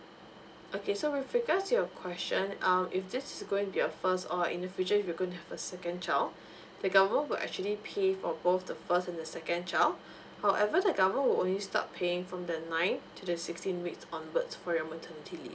okay so with regard to your question um if this is going to be a first or in the future you're going to have second child the government will actually pay for both the first and the second child however the government will only start paying from the ninth to the sixteenth weeks onwards for your maternity leave